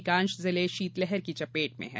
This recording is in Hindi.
अधिकांश जिले शीतलहर की चपेट में है